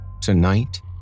Tonight